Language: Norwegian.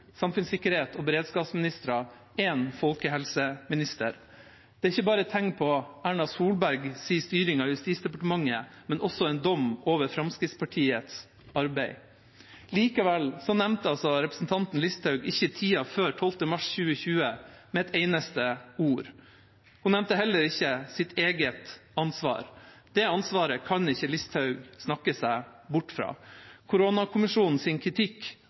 og beredskapsministre og en folkehelseminister. Det er ikke bare tegn på Erna Solbergs styring av Justisdepartementet, men også en dom over Fremskrittspartiets arbeid. Likevel nevnte altså representanten Listhaug ikke tida før 12. mars 2020 med et eneste ord. Hun nevnte heller ikke sitt eget ansvar. Det ansvaret kan ikke Listhaug snakke seg bort fra. Koronakommisjonens kritikk